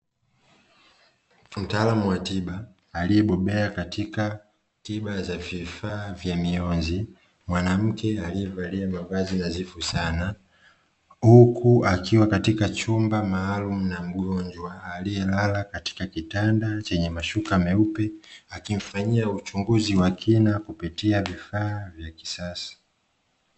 Mtaalamu wa tiba aliyebobea katika tiba za vifaa vya mionzi mwanamke aliyevalia mavazi ya nadhifu sana, huku akiwa katika chumba maalumu na mgonjwa aliyelala katika kitanda chenye mashuka meupe, akimfanyia uchunguzi wa kina kupitia vifaa vya kisasa.